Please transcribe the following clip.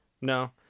No